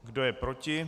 Kdo je proti?